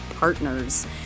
partners